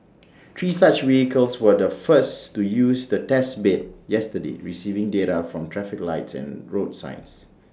three such vehicles were the first to use the test bed yesterday receiving data from traffic lights and road signs